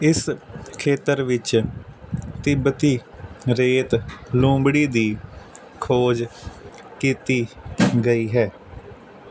ਇਸ ਖੇਤਰ ਵਿੱਚ ਤਿੱਬਤੀ ਰੇਤ ਲੂੰਬੜੀ ਦੀ ਖੋਜ ਕੀਤੀ ਗਈ ਹੈ